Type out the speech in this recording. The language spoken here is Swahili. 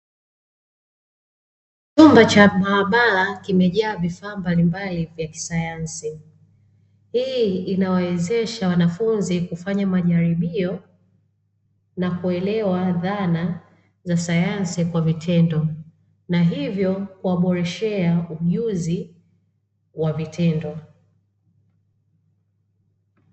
Chumba cha maabara kimejaa vifaa mbalimbali vya kisayansi. Hii inawawezesha wanafunzi kufanya majaribio na kuelewa dhana za sayansi kwa vitendo, na hivyo kuwaboreshea ujuzi wa vitendo.